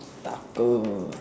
taco